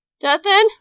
Justin